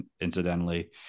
incidentally